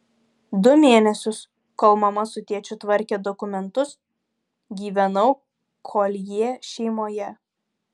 du mėnesius kol mama su tėčiu tvarkė dokumentus gyvenau koljė šeimoje